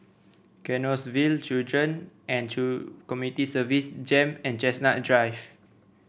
Canossaville Children and Community Services JEM and Chestnut Drive